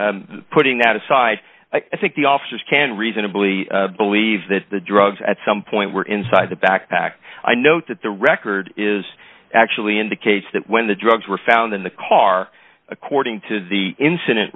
but putting that aside i think the officers can reasonably believe that the drugs at some point were inside the backpack i note that the record is actually indicates that when the drugs were found in the car according to the incident